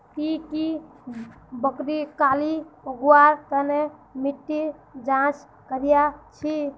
ती की ब्रोकली उगव्वार तन मिट्टीर जांच करया छि?